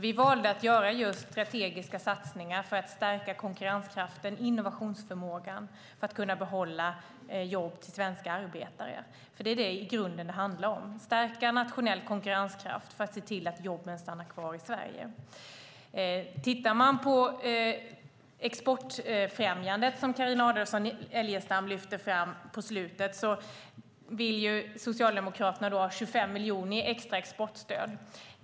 Vi valde dock att göra just strategiska satsningar för att stärka konkurrenskraften och innovationsförmågan för att kunna behålla jobb till svenska arbetare, för det är i grunden det som det handlar om: att stärka nationell konkurrenskraft för att se till att jobben stannar kvar i Sverige. När det gäller exportfrämjandet som Carina Adolfsson Elgestam lyfter fram på slutet vill Socialdemokraterna ha 20 miljoner i extra exportstöd.